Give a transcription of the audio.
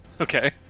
okay